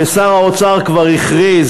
ששר האוצר כבר הכריז